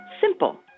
Simple